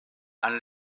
and